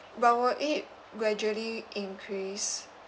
but will it gradually increase